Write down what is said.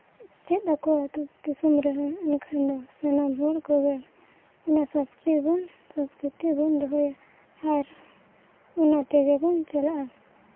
ᱪᱮᱫ ᱟᱠᱚᱣᱟᱭ ᱫᱤᱥᱚᱢ ᱨᱮᱦᱚᱸ ᱮᱱᱠᱷᱟᱱ ᱫᱚ ᱥᱟᱱᱟᱢ ᱦᱚᱲ ᱠᱚᱜᱮ ᱚᱱᱟ ᱥᱚᱥᱠᱨᱤᱛᱤ ᱵᱚᱱ ᱫᱚᱦᱚᱭᱟ ᱟᱨ ᱚᱱᱟ ᱛᱮᱜᱮ ᱵᱚᱱ ᱪᱟᱞᱟᱜᱼᱟ